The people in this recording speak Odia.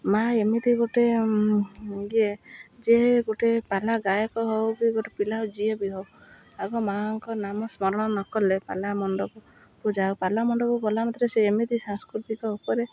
ମା' ଏମିତି ଗୋଟେ ଇଏ ଯେ ଗୋଟେ ପାଲା ଗାୟକ ହଉ କି ଗୋଟେ ପିଲା ହଉ ଯିଏ ବି ହଉ ଆଗ ମା'ଙ୍କ ନାମ ସ୍ମରଣ ନ କଲେ ପାଲା ମଣ୍ଡପକୁ ଯାଉ ପାଲା ମଣ୍ଡପକୁ ଗଲା ନାତରେ ସେ ଏମିତି ସାଂସ୍କୃତିକ ଉପରେ